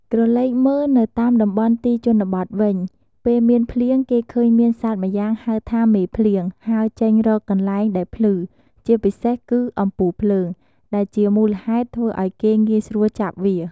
ក្រឡេកមើលនៅតាមតំបន់ទីជនបទវិញ ពេលមានភ្លៀងគេឃើញមានសត្វម្យ៉ាងហៅថា មេភ្លៀង ហើរចេញរកកន្លែងដែលភ្លឺ ជាពិសេសគឺអំពូលភ្លើង ដែលជាមូលហេតុធ្វើឱ្យគេងាយស្រួលចាប់វា។